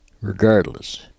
regardless